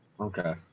okay